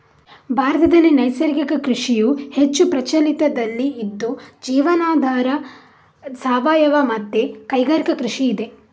ಭಾರತದಲ್ಲಿ ನೈಸರ್ಗಿಕ ಕೃಷಿಯು ಹೆಚ್ಚು ಪ್ರಚಲಿತದಲ್ಲಿ ಇದ್ದು ಜೀವನಾಧಾರ, ಸಾವಯವ ಮತ್ತೆ ಕೈಗಾರಿಕಾ ಕೃಷಿ ಇದೆ